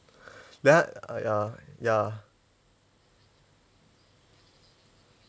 then ya